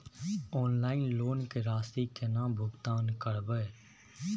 Online loan के राशि केना भुगतान करबे?